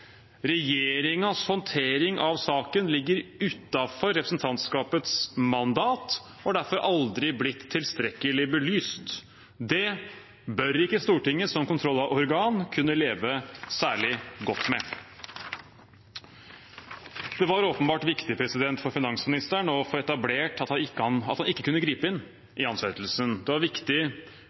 håndtering av saken ligger utenfor representantskapets mandat og har derfor aldri blitt tilstrekkelig belyst. Det bør ikke Stortinget som kontrollorgan kunne leve særlig godt med. Det var åpenbart viktig for finansministeren å få etablert at han ikke kunne gripe inn i ansettelsen. Det var